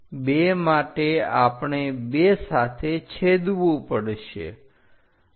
2 માટે આપણે 2 સાથે છેદવું પડશે